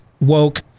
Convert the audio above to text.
woke